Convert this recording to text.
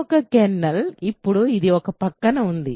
యొక్క కెర్నల్ ఇప్పుడు ఇది ఒక ప్రక్కన ఉంది